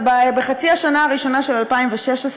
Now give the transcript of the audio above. גם אלה מבינינו שאוכלים בשר ואוכלים מזון מהחי,